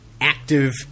active